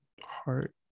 heart